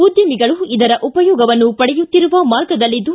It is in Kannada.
ಉದ್ಯಮಿಗಳು ಇದರ ಉಪಯೋಗವನ್ನು ಪಡೆಯುತ್ತಿರುವ ಮಾರ್ಗದಲ್ಲಿದ್ದು